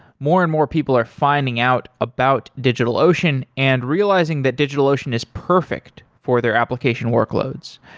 more and more people are finding out about digitalocean and realizing that digitalocean is perfect for their application workloads.